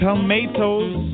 Tomatoes